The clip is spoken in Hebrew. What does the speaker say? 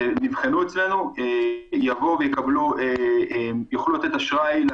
ונבחנו אצלנו, יוכלו לתת אשראי,